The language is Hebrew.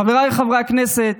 חבריי חברי הכנסת,